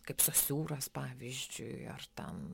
kaip sosiūras pavyzdžiui ar ten